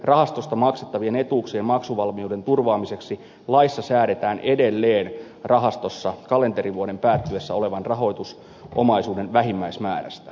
kansaneläkerahastosta maksettavien etuuksien maksuvalmiuden turvaamiseksi laissa säädetään edelleen rahastossa olevan rahoitusomaisuuden vähimmäismäärästä kalenterivuoden päättyessä